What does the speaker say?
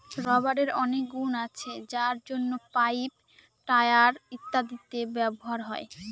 রাবারের অনেক গুন আছে যার জন্য পাইপ, টায়ার ইত্যাদিতে ব্যবহার হয়